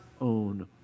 own